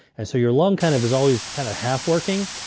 and so your lung kind of is always kind of half working.